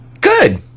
Good